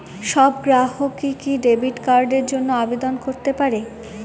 সব গ্রাহকই কি ডেবিট কার্ডের জন্য আবেদন করতে পারে?